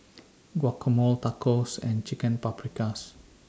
Guacamole Tacos and Chicken Paprikas